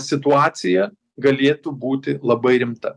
situacija galėtų būti labai rimta